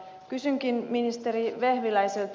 kysynkin ministeri vehviläiseltä